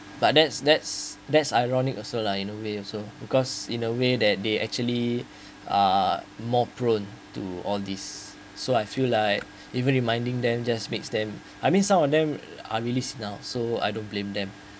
but that's that's that's ironic also lah in a away also because in a way that they actually are more prone to all this so I feel like even reminding them just makes them I mean some of them are released now so I don't blame them